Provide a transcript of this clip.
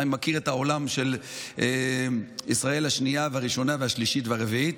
אני מכיר את העולם של ישראל השנייה והראשונה והשלישית והרביעית.